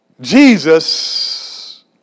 Jesus